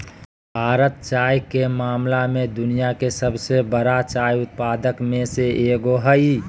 भारत चाय के मामला में दुनिया के सबसे बरा चाय उत्पादक में से एगो हइ